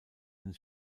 den